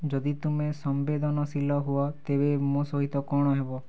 ଯଦି ତୁମେ ସମ୍ବେଦନଶୀଳ ହୁଅ ତେବେ ମୋ ସହିତ କ'ଣ ହେବ